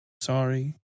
sorry